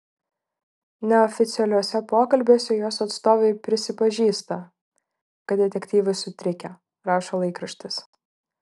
neoficialiuose pokalbiuose jos atstovai prisipažįsta kad detektyvai sutrikę rašo laikraštis